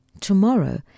tomorrow